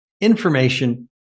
information